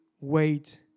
wait